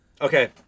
Okay